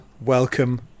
welcome